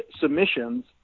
submissions